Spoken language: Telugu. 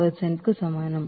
6 కు సమానం